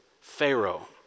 Pharaoh